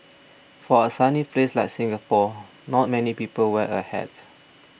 for a sunny place like Singapore not many people wear a hat